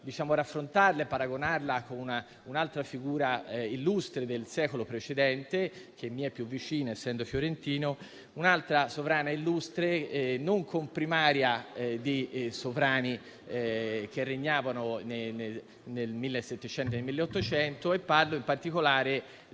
raffrontarla e paragonarla ad un'altra figura illustre del secolo precedente, che mi è più vicina, essendo fiorentina. Un'altra sovrana illustre, non comprimaria di sovrani che regnavano nel Settecento e nell'Ottocento. Parlo, in particolare, di